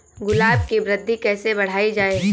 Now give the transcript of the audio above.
गुलाब की वृद्धि कैसे बढ़ाई जाए?